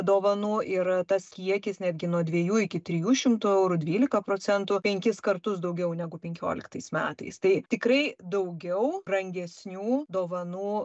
dovanų ir tas kiekis netgi nuo dviejų iki trijų šimtų eurų dvylika procentų penkis kartus daugiau negu penkioliktais metais tai tikrai daugiau brangesnių dovanų